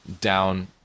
down